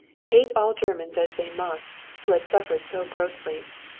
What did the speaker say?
hate all germans as they must, who had suffered so grossly,